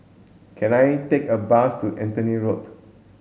can I take a bus to Anthony Road